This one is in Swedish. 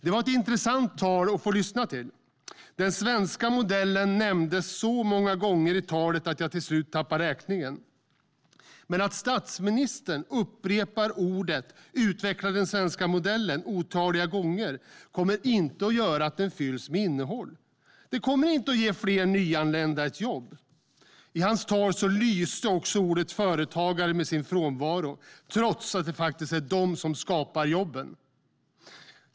Det var ett intressant tal att lyssna till. Den svenska modellen nämndes så många gånger i talet att jag till slut tappade räkningen. Men att statsministern upprepar orden, utveckla den svenska modellen, otaliga gånger kommer inte att göra att de fylls med innehåll. Det kommer inte att ge fler nyanlända ett jobb. I hans tal lyste också ordet företagare med sin frånvaro, trots att det faktiskt är företagare som skapar jobben.